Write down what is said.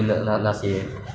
又不是用 Zoom meh